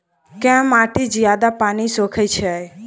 केँ माटि जियादा पानि सोखय छै?